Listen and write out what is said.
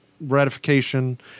ratification